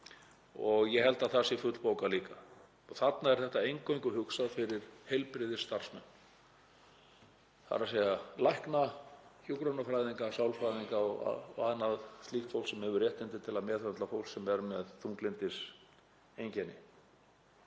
og ég held að það sé fullbókað líka. Þarna er þetta eingöngu hugsað fyrir heilbrigðisstarfsmenn, þ.e. lækna, hjúkrunarfræðinga, sálfræðinga og aðra slíka, fólk sem hefur réttindi til að meðhöndla fólk sem er með þunglyndiseinkenni.